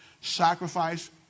sacrifice